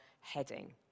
heading